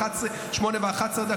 08:11,